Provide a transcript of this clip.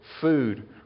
food